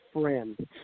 friend